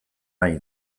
nahi